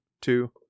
Two